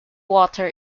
water